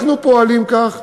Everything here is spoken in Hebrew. אנחנו פועלים כך,